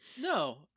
No